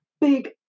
big